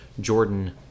Jordan